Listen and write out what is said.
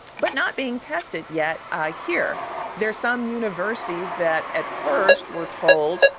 but not being tested yet. i hear there are some universities that at first were told,